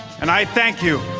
and i thank you.